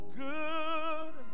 good